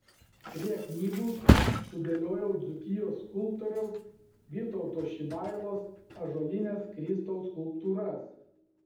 prie knygų sudėliojau dzūkijos skulptoriaus vytauto šibailos ąžuolines kristaus skulptūras